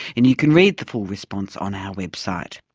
and you can read the full response on our website.